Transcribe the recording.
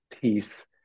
piece